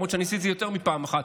למרות שאני עשיתי את זה יותר מפעם אחת,